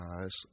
guys